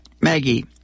Maggie